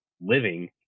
living